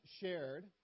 shared